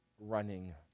running